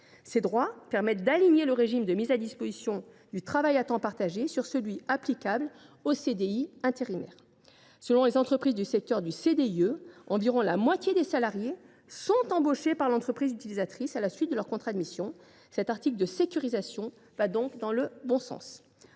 Ces droits permettent d’aligner le régime de mise à disposition du travail à temps partagé sur celui applicable au CDI intérimaire. Selon les entreprises du secteur du CDIE, environ la moitié des salariés sont embauchés par l’entreprise utilisatrice à la suite de leur contrat de mission. Cet article de sécurisation va donc dans le bon sens.